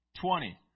Twenty